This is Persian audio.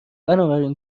بنابراین